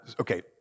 Okay